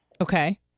Okay